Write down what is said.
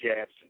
jabs